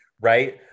right